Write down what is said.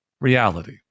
reality